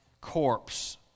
corpse